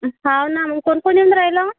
हो ना मग कोण कोण येऊन राहिलं